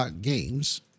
games